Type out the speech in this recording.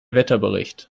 wetterbericht